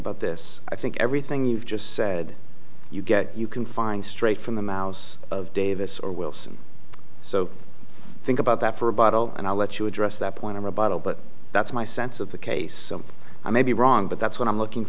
about this i think everything you've just said you get you can find straight from the mouse of davis or wilson so think about that for a bottle and i'll let you address that point to a bottle but that's my sense of the case so i may be wrong but that's what i'm looking